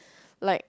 like